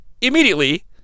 immediately